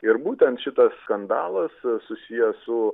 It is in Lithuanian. ir būtent šitas skandalas susijęs su